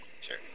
sure